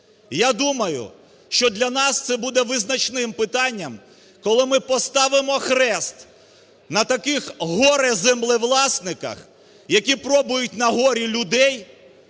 Я думаю, що для нас це буде визначним питанням, коли ми поставимо хрест на таких горе-землевласниках, які пробують на горі людей